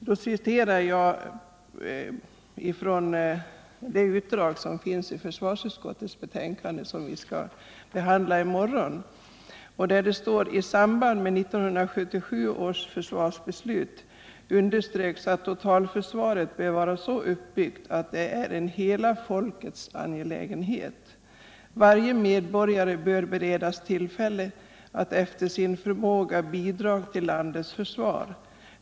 I det utdrag ur direktiven som finns i försvarsutskottets betänkande nr 19, som vi skall behandla i morgon, anförs: "I samband med 1977 års försvarsbeslut underströks att totalförsvaret bör vara så uppbyggt att det är en hela folkets angelägenhet. Varje medborgare bör beredas tillfälle att efter sin förmåga bidra till landets försvar.